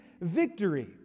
victory